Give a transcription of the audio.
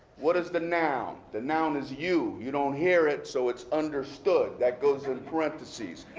what is the noun? the noun is you. you don't hear it, so it's understood. that goes in parentheses.